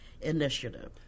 initiative